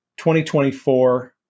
2024